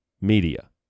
media